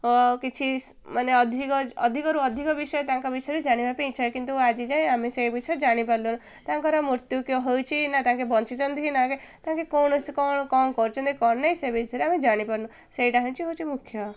ଓ କିଛି ମାନେ ଅଧିକ ଅଧିକରୁ ଅଧିକ ବିଷୟ ତାଙ୍କ ବିଷୟରେ ଜାଣିବା ପାଇଁ ଇଚ୍ଛା କିନ୍ତୁ ଆଜି ଯାଏ ଆମେ ସେଇ ବିଷୟ ଜାଣିପାରିଲୁନୁ ତାଙ୍କର ମୃତ୍ୟୁ ହେଉଛିି ନା ତାଙ୍କେ ବଞ୍ଚିଛନ୍ତି କି ନା ତାଙ୍କେ କୌଣସି କ'ଣ କ'ଣ କରିଛନ୍ତି କ'ଣ ନାହିଁ ସେ ବିଷୟରେ ଆମେ ଜାଣିପାରୁନୁ ସେଇଟା ହେଉଛି ହେଉଛି ମୁଖ୍ୟ